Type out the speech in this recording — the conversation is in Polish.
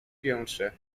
piętrze